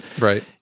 Right